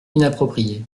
inapproprié